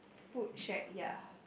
food shack ya